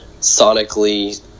sonically